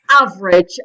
Average